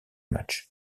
match